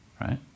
right